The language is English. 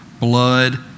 blood